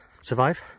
survive